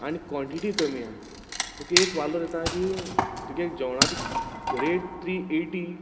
आनी क्वोनटिंटी कमीय आसा तुका एक वालोर दिता की तुगे जेवणाची रेट थ्री एटी